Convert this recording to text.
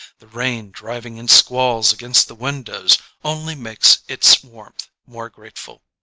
the rain driving in squalls against the win dows only makes its warmth more grateful.